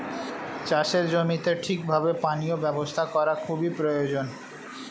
চাষের জমিতে ঠিক ভাবে পানীয় ব্যবস্থা করা খুবই প্রয়োজন